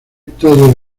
todo